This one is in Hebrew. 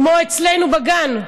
כמו אצלנו בגן,